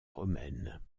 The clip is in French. romaine